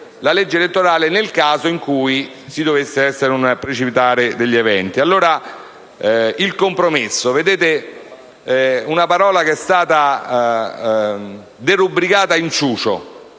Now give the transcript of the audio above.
la legge elettorale nel caso in cui ci dovesse essere un precipitare degli eventi. Il compromesso. La parola è stata derubricata a inciucio.